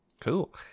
Cool